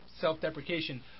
self-deprecation